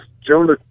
Jonah